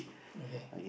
okay